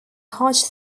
hodge